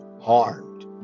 harmed